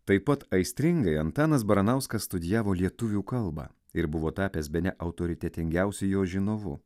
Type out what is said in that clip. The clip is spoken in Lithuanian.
taip pat aistringai antanas baranauskas studijavo lietuvių kalbą ir buvo tapęs bene autoritetingiausiu jo žinovu